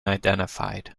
identified